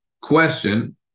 question